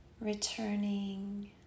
Returning